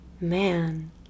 man